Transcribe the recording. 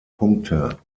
punkte